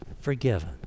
Forgiven